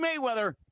Mayweather